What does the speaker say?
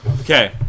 Okay